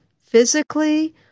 physically